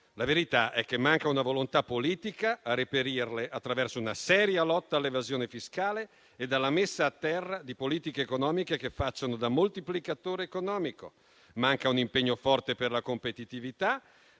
La verità è che manca la volontà politica di reperirle, attraverso una seria lotta all'evasione fiscale e la messa a terra di politiche economiche che facciano da moltiplicatore economico. Manca un impegno forte per la competitività,